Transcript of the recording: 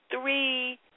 three